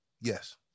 Yes